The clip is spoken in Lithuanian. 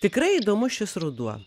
tikrai įdomus šis ruduo